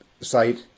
site